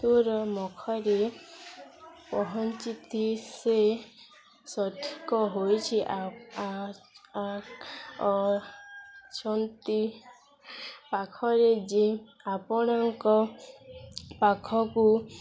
ତୋର ମୁଖରେ ପହଞ୍ଚିିତି ସେ ସଠିକ୍ ହୋଇଛି ଆ ଆ ଆ ଅଛନ୍ତି ପାଖରେ ଯେ ଆପଣଙ୍କ ପାଖକୁ